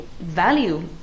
value